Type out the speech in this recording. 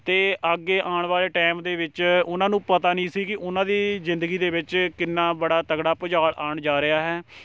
ਅਤੇ ਅੱਗੇ ਆਉਣ ਵਾਲੇ ਟਾਈਮ ਦੇ ਵਿੱਚ ਉਹਨਾਂ ਨੂੰ ਪਤਾ ਨਹੀਂ ਸੀ ਕਿ ਉਹਨਾਂ ਦੀ ਜ਼ਿੰਦਗੀ ਦੇ ਵਿੱਚ ਕਿੰਨਾ ਬੜਾ ਤਕੜਾ ਭੂਚਾਲ ਆਉਣ ਜਾ ਰਿਹਾ ਹੈ